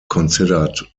considered